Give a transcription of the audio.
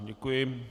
Děkuji.